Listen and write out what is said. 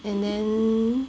and then